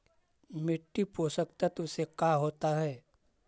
मिट्टी पोषक तत्त्व से का होता है?